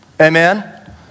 Amen